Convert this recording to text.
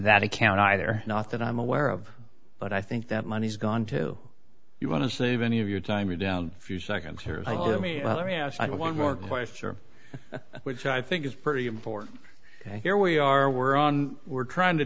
that account either not that i'm aware of but i think that money's gone too you want to save any of your time or down a few seconds here let me ask one more question which i think is pretty important here we are we're on we're trying to